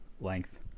length